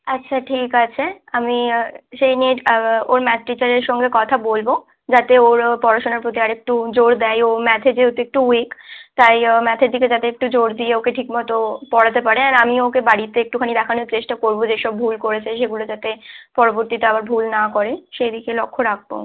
আচ্ছা ঠিক আছে আমি সেই নিয়ে ওর ম্যাথ টিচারের সঙ্গে কথা বলব যাতে ওর পড়াশুনার প্রতি আরেকটু জোর দেয় ও ম্যাথে যেহেতু একটু উইক তাই ম্যাথের দিকে যাতে একটু জোর দিয়ে ওকে ঠিকমতো পড়াতে পারে আর আমিও ওকে বাড়িতে একটুখানি দেখানোর চেষ্টা করব যে সব ভুল করেছে সেগুলো যাতে পরবর্তীতে আবার ভুল না করে সেই দিকে লক্ষ রাখব